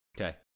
Okay